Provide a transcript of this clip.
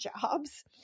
jobs